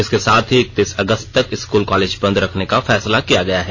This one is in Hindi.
इसके साथ ही इकतीस अगस्त तक स्कूल कॉलेज बंद रखने का फैसला किया गया है